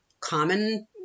common